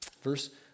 Verse